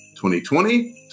2020